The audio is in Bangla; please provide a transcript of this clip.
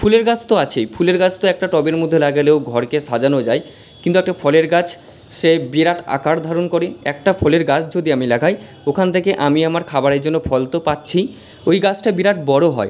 ফুলের গাছ তো আছেই ফুলের গাছ একটা টবের মধ্যে লাগালেও ঘরকে সাজানো যায় কিন্তু একটা ফলের গাছ সে বিরাট আকার ধারণ করে একটা ফলের গাছ যদি আমি লাগাই ওখান থেকে আমি আমার খাবারের জন্য ফল তো পাচ্ছিই ওই গাছটা বিরাট বড়ো হয়